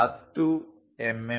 10 ಮಿ